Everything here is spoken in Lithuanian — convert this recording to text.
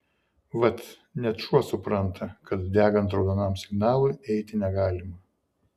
vat net šuo supranta kad degant raudonam signalui eiti negalima